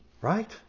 Right